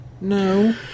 No